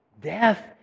Death